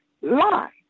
lie